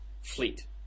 fleet